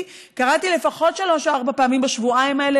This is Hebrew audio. קראתי לפחות שלוש או ארבע פעמים בשבועיים האלה